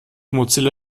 mozilla